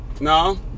no